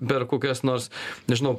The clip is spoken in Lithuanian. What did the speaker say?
per kokias nors nežinau